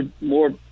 more